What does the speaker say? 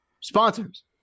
sponsors